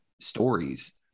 stories